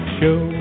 show